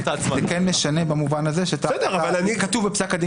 זה כן משנה במובן הזה שכתוב בפסק הדין